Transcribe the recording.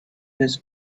his